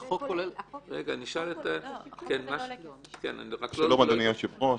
שלום, אדוני היושב-ראש.